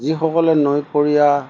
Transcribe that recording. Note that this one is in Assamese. যিসকলে নৈপৰীয়া